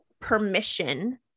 permission